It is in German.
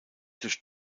durch